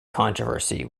controversy